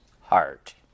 heart